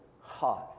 heart